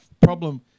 problem